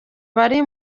bari